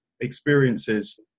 experiences